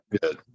Good